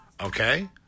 Okay